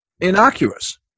innocuous